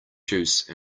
juice